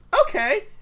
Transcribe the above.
okay